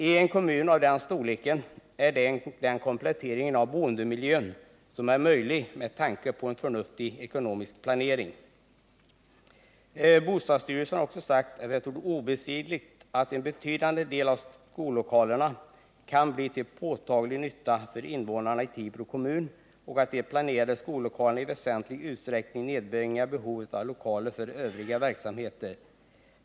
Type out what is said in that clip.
I en kommun av den storleken är det den komplettering av boendemiljön som är möjlig med tanke på förnuftig ekonomisk planering. Bostadsstyrelsen har också sagt att det torde vara obestridligt att en betydande del av skollokalerna kan bli till påtaglig nytta för invånarna i Tibro kommun och att de planerade skollokalerna i väsentlig utsträckning nedbringar behovet av lokaler för övriga verksamheter.